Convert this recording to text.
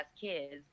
kids